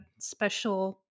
special